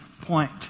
point